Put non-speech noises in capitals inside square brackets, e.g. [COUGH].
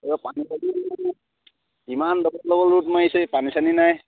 অ পানী [UNINTELLIGIBLE] ইমান [UNINTELLIGIBLE] ৰ'দ মাৰিছে পানী চানি নাই